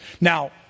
Now